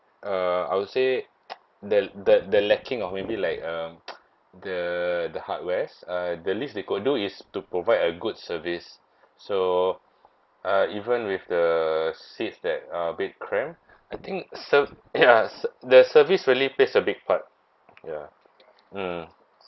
uh I would say the the the lacking of maybe like um the the hardwares uh the least they could do is to provide a good service so uh even with the seats that are bit cramp I think ser~ ya the service really plays a big part ya mm